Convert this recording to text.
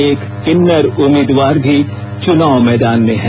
एक किन्नर उम्मीदवार भी चुनाव मैदान में है